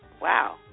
Wow